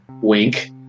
wink